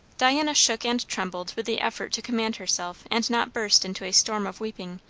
diana shook and trembled with the effort to command herself and not burst into a storm of weeping,